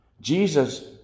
Jesus